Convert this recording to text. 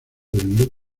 del